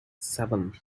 seven